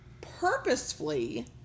purposefully